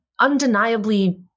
undeniably